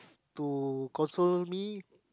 to consult me